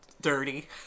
dirty